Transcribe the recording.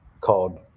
called